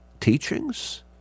teachings